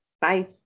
Bye